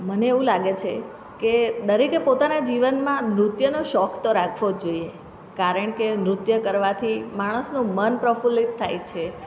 મને એવું લાગે છે કે દરેકે પોતાનાં જીવનમાં નૃત્યનો શોખ તો રાખવો જ જોઈએ કારણકે નૃત્ય કરવાથી માણસનું મન પ્રફુલ્લિત થાય છે